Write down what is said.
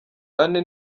ane